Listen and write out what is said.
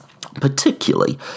particularly